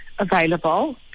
available